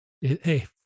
Hey